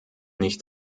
nicht